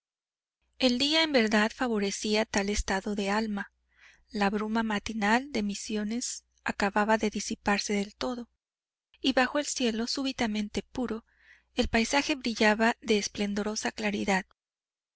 el día en verdad favorecía tal estado de alma la bruma matinal de misiones acababa de disiparse del todo y bajo el cielo súbitamente puro el paisaje brillaba de esplendorosa claridad